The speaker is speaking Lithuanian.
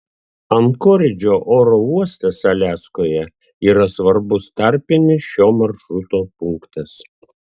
ankoridžo oro uostas aliaskoje yra svarbus tarpinis šio maršruto punktas